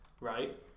right